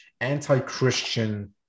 anti-christian